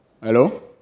Hello